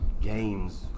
games